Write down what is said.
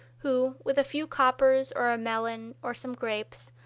who, with a few coppers, or a melon, or some grapes,